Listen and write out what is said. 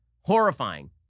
horrifying